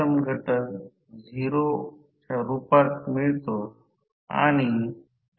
E1 म्हणा pi root 2 जसे transformer Kw1 N 1 f r